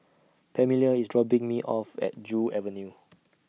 Pamelia IS dropping Me off At Joo Avenue